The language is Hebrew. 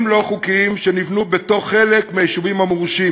לא חוקיים בתוך חלק מהיישובים המורשים,